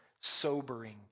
sobering